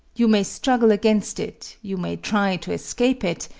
you may struggle against it, you may try to escape it,